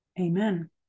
Amen